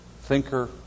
thinker